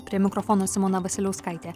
prie mikrofono simona vasiliauskaitė